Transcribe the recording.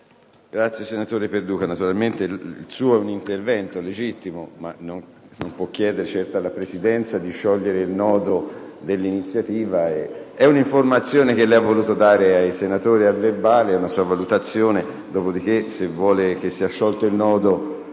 Senatore Perduca, naturalmente il suo è un intervento legittimo, ma non può chiedere certo alla Presidenza di sciogliere il nodo dell'iniziativa. È un'informazione che lei ha voluto dare ai senatori e resterà al verbale la sua valutazione, dopodiché se vuole che sia sciolto il nodo,